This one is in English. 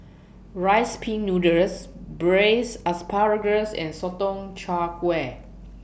Rice Pin Noodles Braised Asparagus and Sotong Char Kway